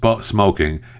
smoking